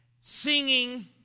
singing